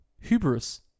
hubris